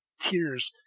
tears